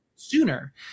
Sooner